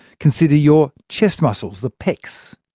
consider your chest muscles, the pecs.